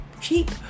cheap